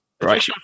right